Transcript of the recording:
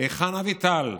"היכן אביטל?"